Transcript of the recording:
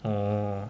orh